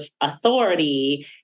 authority